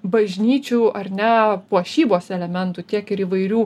bažnyčių ar ne puošybos elementų tiek ir įvairių